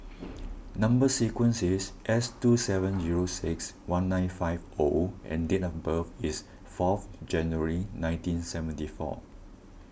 Number Sequence is S two seven zero six one nine five O and date of birth is fourth January nineteen seventy four